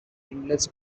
endless